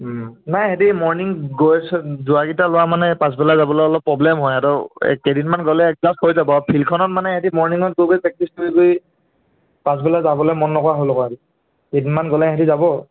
নাই সিহঁতে মৰ্ণিং গৈছে যোৱাকেইটা ল'ৰা মানে পাছবেলা যাবলৈ অলপ প্ৰব্লেম হয় সিহঁতৰ কেইদিনমান গ'লে এডজাষ্ট হৈ যাব আৰু ফিল্ডখনত মানে সিহঁতে মৰ্নিঙত গৈ গৈ প্ৰেক্টিছ কৰি কৰি পাছবেলা যাবলৈ মন নকৰা হ'ল আকৌ সিহঁতে কেইদিনমান গ'লে সিহঁতে যাব